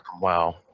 WoW